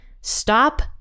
Stop